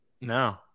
No